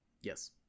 Yes